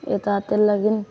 यता त्यो लागि